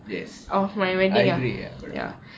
yes I agree ya correct